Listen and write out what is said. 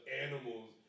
animals